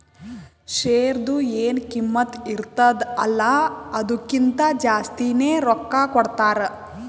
ಶೇರ್ದು ಎನ್ ಕಿಮ್ಮತ್ ಇರ್ತುದ ಅಲ್ಲಾ ಅದುರ್ಕಿಂತಾ ಜಾಸ್ತಿನೆ ರೊಕ್ಕಾ ಕೊಡ್ತಾರ್